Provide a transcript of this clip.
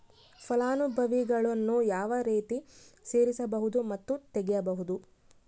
ಫಲಾನುಭವಿಗಳನ್ನು ಯಾವ ರೇತಿ ಸೇರಿಸಬಹುದು ಮತ್ತು ತೆಗೆಯಬಹುದು?